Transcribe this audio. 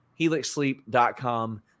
Helixsleep.com